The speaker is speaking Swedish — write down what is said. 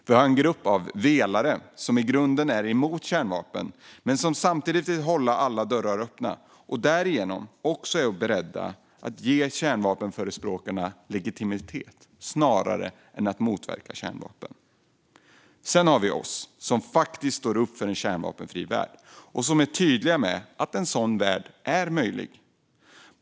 Vi har en grupp av "velare" som i grunden är emot kärnvapen men som samtidigt vill hålla alla dörrar öppna och därigenom också är beredda att ge kärnvapenförespråkarna legitimitet snarare än att motverka kärnvapen. Sedan har vi oss som faktiskt står upp för en kärnvapenfri värld och som är tydliga med att en sådan värld är möjlig.